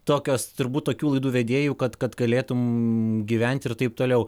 tokios turbūt tokių laidų vedėjų kad kad galėtum gyventi ir taip toliau